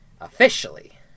officially